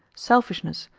selfishness,